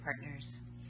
partners